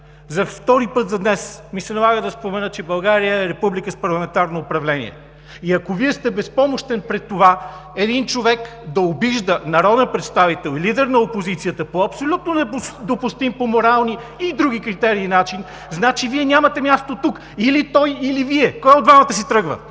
За втори път за днес ми се налага да спомена, че България е република с парламентарно управление. Ако Вие сте безпомощен пред това един човек да обижда народен представител – лидер на опозицията, по абсолютно допустим по морални и други критерии начин, значи Вие нямате място тук: или той или Вие?! Кой от двамата си тръгва?